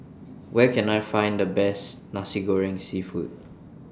Where Can I Find The Best Nasi Goreng Seafood